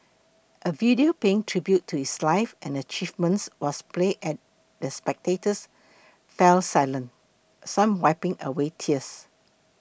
a video paying tribute to his life and achievements was played as the spectators fell silent some wiping away tears